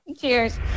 Cheers